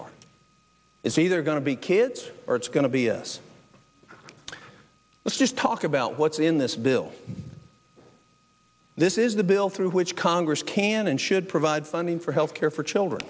are it's either going to be kids or it's going to be us let's just talk about what's in this bill this is the bill through which congress can and should provide funding for health care for children